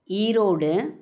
Erode